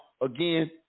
again